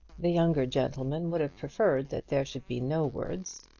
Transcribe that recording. the younger gentleman would have preferred that there should be no words,